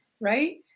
right